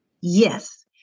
Yes